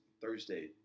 Thursday